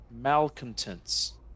malcontents